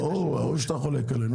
ברור שאתה חולק עלינו.